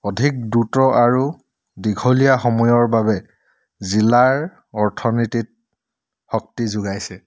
অধিক দ্ৰুত আৰু দীঘলীয়া সময়ৰ বাবে জিলাৰ অৰ্থনীতিত শক্তি যোগাইছে